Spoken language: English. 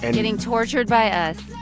and getting tortured by us.